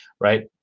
Right